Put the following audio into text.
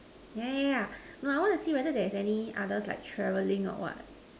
yeah yeah yeah no I want to see whether there is any others like travelling or what